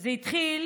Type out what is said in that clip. וזה התחיל